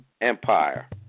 Empire